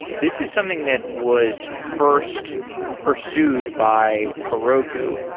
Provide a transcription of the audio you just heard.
this is something that was first pursued by heroku,